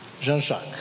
Jean-Jacques